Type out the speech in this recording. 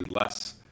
less